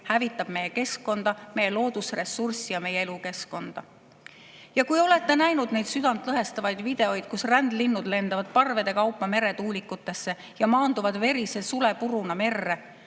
hävitab meie keskkonda, meie loodusressurssi ja meie elukeskkonda. Ja [võib-olla] olete näinud neid südantlõhestavaid videoid, kus rändlinnud lendavad parvede kaupa meretuulikutesse ja maanduvad verise sulepuruna merre